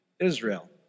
Israel